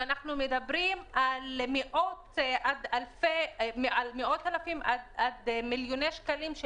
ועל מאות אלפים עד מיליוני שקלים של